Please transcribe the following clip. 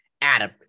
Adam